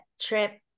trip